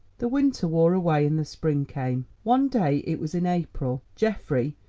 the winter wore away and the spring came. one day, it was in april, geoffrey,